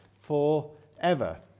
forever